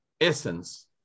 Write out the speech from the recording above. essence